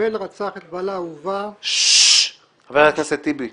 שמחבל רצח את בעלה אהובה -- חבר הכנסת טיבי.